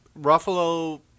Ruffalo